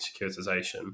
securitization